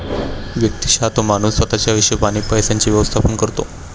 व्यक्तिशः तो माणूस स्वतः च्या हिशोबाने पैशांचे व्यवस्थापन करतो